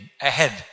ahead